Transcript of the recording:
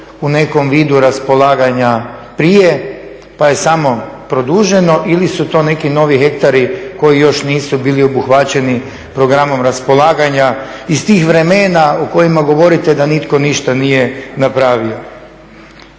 u nekom vidu raspolaganja prije pa je samo produženo ili su to neki novi hektari koji još nisu bili obuhvaćeni programom raspolaganja iz tih vremena o kojima govorite da nitko ništa nije napravio.